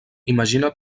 imagina